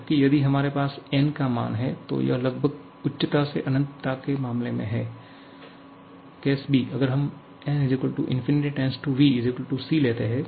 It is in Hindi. जबकि यदि हमारे पास n का मान है तो यह लगभग उच्चता से अनंतता के मामले में है अगर हम n ∞ VC लेते हैं